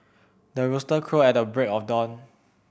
the rooster crow at the break of dawn